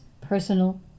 personal